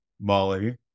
Molly